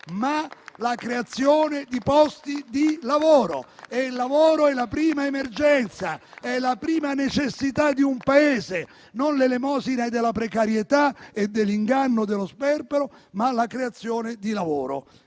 ma la creazione di posti di lavoro. Il lavoro è la prima emergenza, è la prima necessità di un Paese; non l'elemosina, la precarietà, l'inganno e lo sperpero, ma la creazione di lavoro,